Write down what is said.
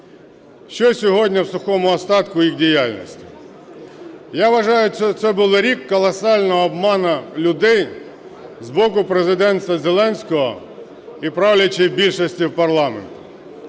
Що сьогодні в сухому остатку їх діяльності? Я вважаю, це був рік колосального обману людей з боку Президента Зеленського і правлячої більшості в парламенті,